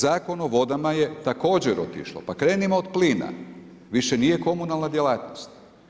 Zakon o vodama je također otišlo, pa krenimo od plina, više nije komunalna djelatnost.